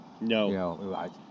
No